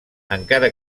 encara